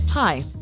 Hi